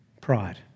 Pride